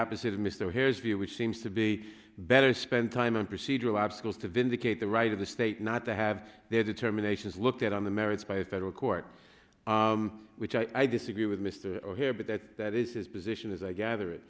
opposite of mr harris view which seems to be better spent time on procedural obstacles to vindicate the right of the state not to have their determinations looked at on the merits by a federal court which i disagree with mr here but that that is his position as i gather it